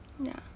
ya